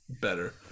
better